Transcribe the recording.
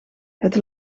het